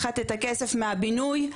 הכסף מהבינוי,